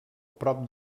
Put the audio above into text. prop